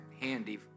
handy